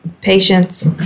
Patience